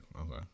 Okay